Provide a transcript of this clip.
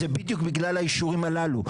זה בדיוק בגלל האישורים הללו,